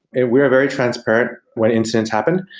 and we are very transparent when incidents happen,